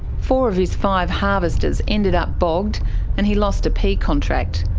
four of his five harvesters ended up bogged and he lost a pea contract.